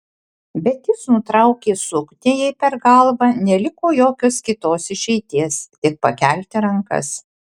bet jis nutraukė suknią jai per galvą neliko jokios kitos išeities tik pakelti rankas